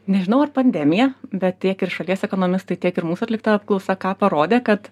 nežinau ar pandemija bet tiek ir šalies ekonomistai tiek ir mūsų atlikta apklausa ką parodė kad